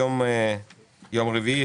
היום יום רביעי,